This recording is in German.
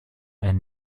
einen